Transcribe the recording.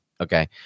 okay